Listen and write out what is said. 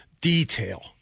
detail